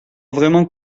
vraiment